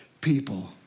people